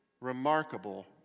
remarkable